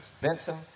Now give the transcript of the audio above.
Benson